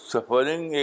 Suffering